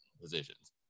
positions